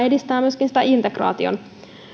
edistää osittain myöskin sitä integraation